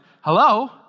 hello